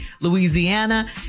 Louisiana